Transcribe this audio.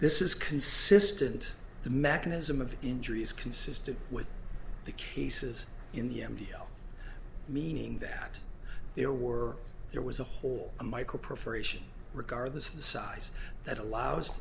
this is consistent the mechanism of injury is consistent with the cases in the m t o meaning that there were there was a hole a micro perforation regardless of the size that allows